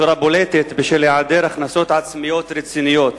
בצורה בולטת בשל העדר הכנסות עצמיות רציניות,